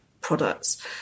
products